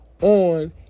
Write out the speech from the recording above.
on